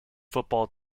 football